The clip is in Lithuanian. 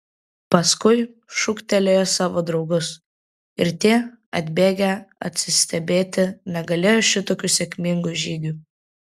paskui šūktelėjo savo draugus ir tie atbėgę atsistebėti negalėjo šitokiu sėkmingu žygiu